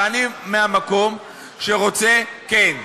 ואני מהמקום שרוצה, כן,